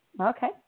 okay